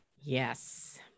Yes